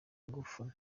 ingufu